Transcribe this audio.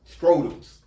scrotums